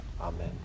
Amen